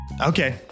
Okay